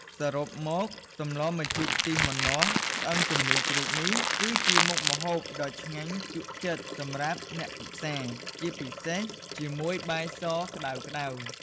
សរុបមក សម្លម្ជូរខ្ទិះម្នាស់ឆ្អឹងជំនីរជ្រូកនេះ គឺជាមុខម្ហូបដ៏ឆ្ងាញ់ជក់ចិត្តសម្រាប់អ្នកពិសា ជាពិសេសជាមួយបាយសក្តៅៗ។